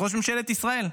את ראש ממשלת ישראל,